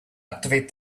activate